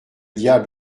diable